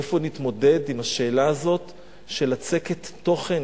איפה נתמודד עם השאלה הזאת של לצקת תוכן,